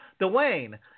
Dwayne